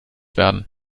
werden